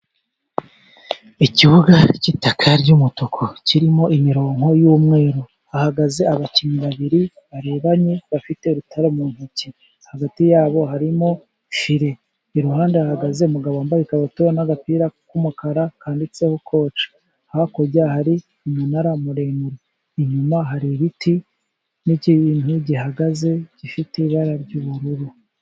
Ikibuga cy'itaka ry'umutuku kirimo imirongo y'umweru, hahagaze abakinnyi babiri barebanye bafite urutare mu ntoki, hagati yabo harimo file, iruhande hahagaze umugabo wambaye ikabutura n'agapira k'umukara kanditseho koci. Hakurya hari umunara muremure, inyuma hari ibiti, n'ikintu gihagaze gifite ibara ry'ubururu.